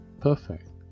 perfect